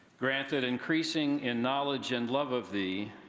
granted increasing in knowledge and love of thee,